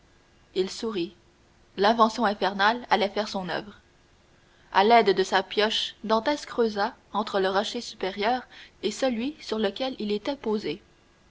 il sourit l'invention infernale allait faire son oeuvre à l'aide de sa pioche dantès creusa entre le rocher supérieur et celui sur lequel il était posé